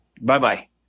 Bye-bye